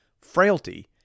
frailty